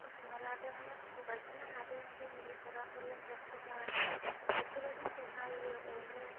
फसंना लादों आइ आफाखौ गायसन्ना लादों जोंनि बिफर आफर लोमजा साजा बिसोरो जोंखौ नाइयो अनो